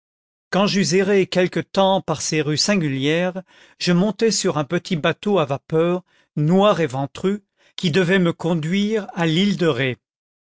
quand j'eus erré quelque temps par ces rues singulières je montai sur un petit bateau à vapeur noir et ventru qui devait me conduire à l'île de ré